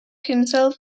himself